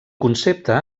concepte